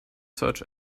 search